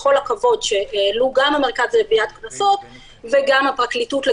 בכל הכבוד שהעלו כאן גם מהמרכז לגביית קנסות וגם הפרקליטות,